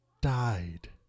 died